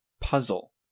puzzle